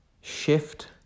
shift